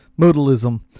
modalism